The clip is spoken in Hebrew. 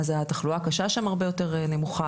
אז התחלואה הקשה שם הרבה יותר נמוכה,